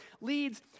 leads